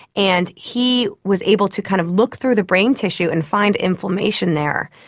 and he was able to kind of look through the brain tissue and find inflammation there.